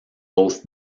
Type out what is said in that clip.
both